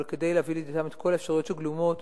אבל כדי להביא לידיעתם את כל האפשרויות שגלומות